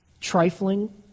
trifling